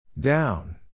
Down